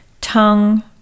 tongue